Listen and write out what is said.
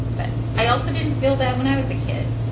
but i also didn't feel that when i was a kid.